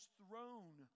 throne